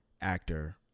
actor